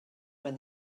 when